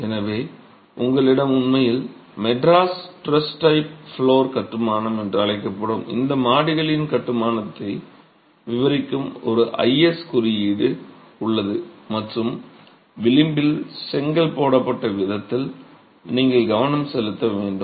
எனவே உங்களிடம் உண்மையில் மெட்ராஸ் டெரஸ் டைப் ஃப்ளோர் கட்டுமானம் என்று அழைக்கப்படும் இந்த மாடிகளின் கட்டுமானத்தை விவரிக்கும் ஒரு IS குறியீடு உள்ளது மற்றும் விளிம்பில் செங்கல் போடப்பட்ட விதத்தில் நீங்கள் கவனம் செலுத்த வேண்டும்